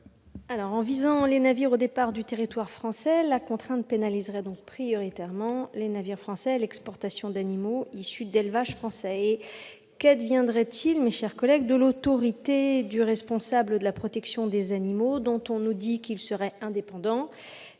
En visant les navires au départ du territoire français, la contrainte pénaliserait prioritairement les navires français et l'exportation d'animaux issus d'élevages français. Et qu'adviendrait-il, mes chers collègues, de l'autorité du responsable de la protection des animaux, dont on nous dit qu'il serait indépendant,